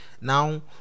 Now